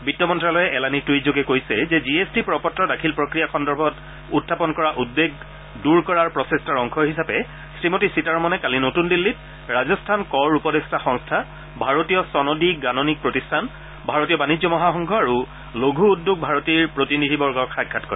বিত্ত মন্ত্যালয়ে এলানি টূইটযোগে কৈছে যে জি এছ টি প্ৰ পত্ৰ দাখিল প্ৰক্ৰিয়া সন্দৰ্ভত উখাপন কৰা উদ্বেগ দূৰ কৰাৰ প্ৰচেষ্টাৰ অংশ হিচাপে শ্ৰীমতী সীতাৰমনে কালি নতুন দিল্লীত ৰাজস্থান কৰ উপদেষ্টা সংস্থা ভাৰতীয় চনদী গাণনিক প্ৰতিষ্ঠান ভাৰতীয় বাণিজ্য মহাসংঘ আৰু লঘূ উদ্যোগ ভাৰতীৰ প্ৰতিনিধিবৰ্গক সাক্ষাৎ কৰে